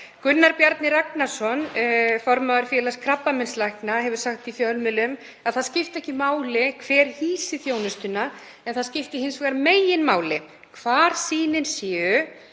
Gunnar Bjarni Ragnarsson, formaður Félags krabbameinslækna, hefur sagt í fjölmiðlum að það skipti ekki máli hver hýsi þjónustuna en það skipti hins vegar meginmáli hvar sýnin séu,